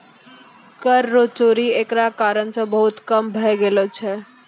कर रो चोरी एकरा कारण से बहुत कम भै गेलो छै